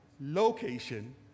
location